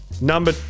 Number